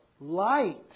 light